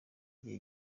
igihe